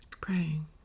praying